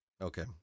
Okay